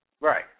Right